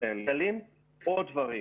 --- עוד דברים